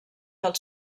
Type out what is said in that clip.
del